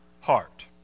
heart